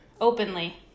openly